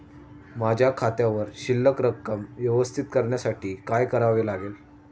माझ्या खात्यावर शिल्लक रक्कम व्यवस्थापित करण्यासाठी काय करावे लागेल?